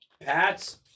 Pats